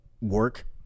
work